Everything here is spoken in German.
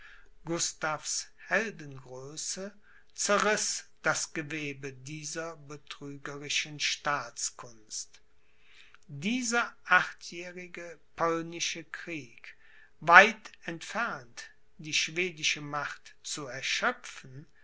gustavs heldengröße zerriß das gewebe dieser betrügerischen staatskunst dieser achtjährige polnische krieg weit entfernt die schwedische macht zu erschöpfen